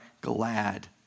glad